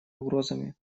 угрозами